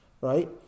Right